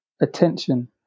attention